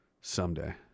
Someday